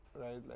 right